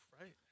right